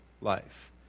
life